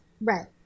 Right